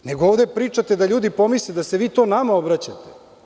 Ovde pričate da ljudi pomisle da se vi to nama obraćate.